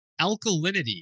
alkalinity